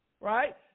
right